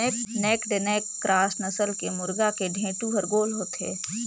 naked neck cross नसल के मुरगा के ढेंटू हर गोल होथे